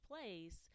place